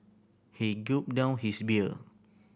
he gulped down his beer